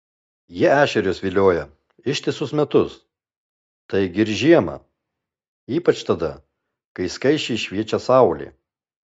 jie ešerius vilioja ištisus metus taigi ir žiemą ypač tada kai skaisčiai šviečia saulė